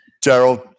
Gerald